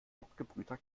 abgebrühter